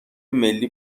ملی